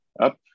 up